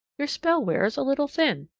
your spell wears a little thin.